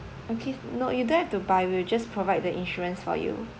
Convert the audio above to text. okay no you don't have to buy we'll just provide the insurance for you